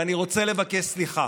ואני רוצה לבקש סליחה